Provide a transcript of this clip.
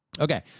Okay